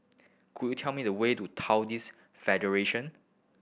could you tell me the way to Taoist Federation